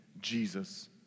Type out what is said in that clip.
Jesus